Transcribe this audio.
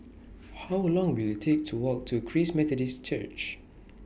How Long Will IT Take to Walk to Christ Methodist Church